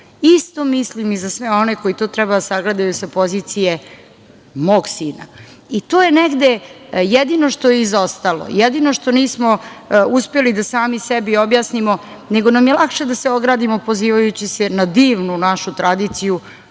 mislim i za sve one koji to trebaju da sagledaju sa pozicije mog sina. To je negde jedino što je izostalo, jedino što nismo uspeli da sami sebi objasnimo, nego nam je lakše da se ogradimo, pozivajući se na divnu našu tradiciju.